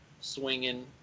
swinging